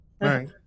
right